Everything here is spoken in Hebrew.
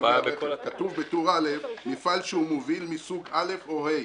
כתוב בטור א': מפעל שהוא מוביל מסוג א' או ה'.